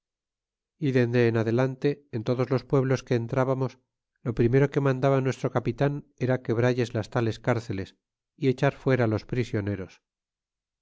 y dende en adelante en todos los pueblos que entrábamos lo primero que mandaba nuestro capitan era quebralles las tales cárceles y echar fuera los prisioneros